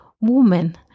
woman